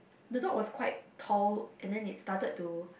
the dog was quite tall and then it started to